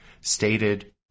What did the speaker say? stated